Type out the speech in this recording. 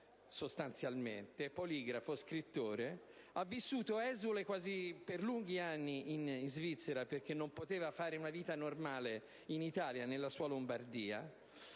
poligrafo, scrittore e ha vissuto esule per lunghi anni in Svizzera perché non poteva fare una vita normale in Italia, nella sua Lombardia.